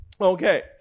Okay